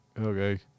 Okay